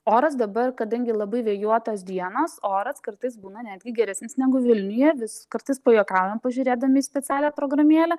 oras dabar kadangi labai vėjuotos dienos oras kartais būna netgi geresnis negu vilniuje vis kartais pajuokaujam pažiūrėdami į specialią programėlę